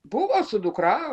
buvo su dukra